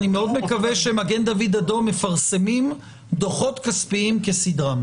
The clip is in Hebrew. אני מאוד מקווה שמגן דוד אדום מפרסמים דוחות כספיים כסדרם.